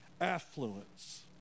affluence